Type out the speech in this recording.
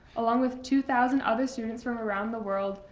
along with two thousand other students from around the world,